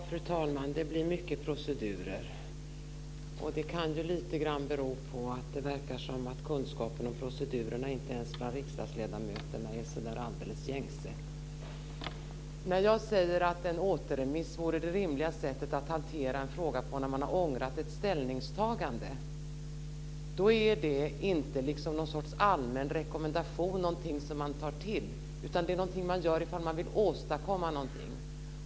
Fru talman! Det blir mycket procedurer, och det kan ju lite grann bero på att kunskapen om procedurerna inte är så där alldeles gängse ens bland riksdagsledamöterna. När jag säger att en återremiss vore det rimliga sättet att hantera en fråga på när man har ångrat ett ställningstagande, är det inte någon sorts allmän rekommendation och någonting som man tar till, utan det är någonting man gör om man vill åstadkomma något.